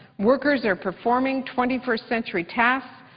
workers are performing twenty first century tasks,